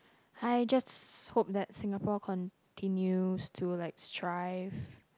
I just hope that Singapore continues to like thrive